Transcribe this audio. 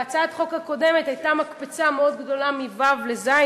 בהצעת החוק הקודמת הייתה מקפצה מאוד גדולה מו' לז',